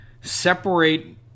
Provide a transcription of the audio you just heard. separate